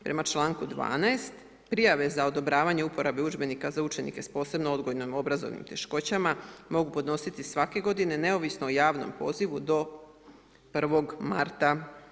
Prema članku 12 prijave za odobravanje uporabe udžbenika za učenike s posebno odgojno obrazovnim teškoćama mogu podnositi svake godine, neovisno o javnom pozivu do prvog marta.